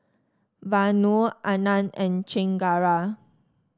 Vanu Anand and Chengara